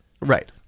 Right